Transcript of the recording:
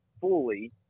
fully